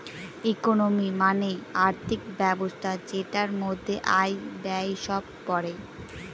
economy মানে আর্থিক ব্যবস্থা যেটার মধ্যে আয়, ব্যয় সব পড়ে